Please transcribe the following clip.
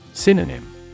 Synonym